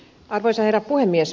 arvoisa herra puhemies